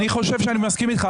אני חושב שאני מסכים איתך,